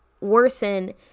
worsen